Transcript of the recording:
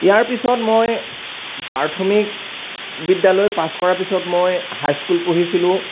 ইয়াৰ পিছত মই প্ৰাথমিক বিদ্যালয় পাছ কৰাৰ পিছত মই হাই স্কুল পঢ়িছিলোঁ